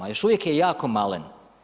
Još uvijek je jako malen.